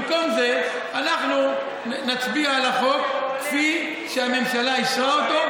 במקום זה אנחנו נצביע על החוק כפי שהממשלה אישרה אותו,